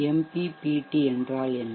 MPPT என்றால் என்ன